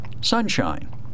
Sunshine